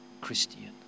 Christian